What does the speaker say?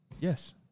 Yes